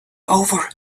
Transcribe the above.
over